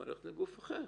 את יכולה ללכת לגוף אחר.